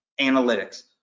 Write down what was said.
analytics